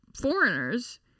foreigners